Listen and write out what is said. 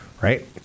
Right